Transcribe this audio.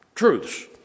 Truths